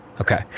Okay